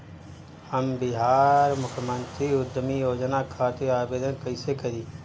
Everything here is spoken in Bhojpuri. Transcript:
हम बिहार मुख्यमंत्री उद्यमी योजना खातिर आवेदन कईसे करी?